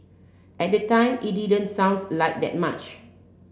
at the time it didn't sounds like that much